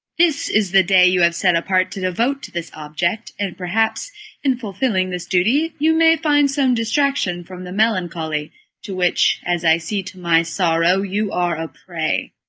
this is the day you have set apart to devote to this object, and perhaps in fulfilling this duty you may find some distraction from the melancholy to which, as i see to my sorrow, you are a prey.